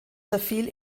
verfiel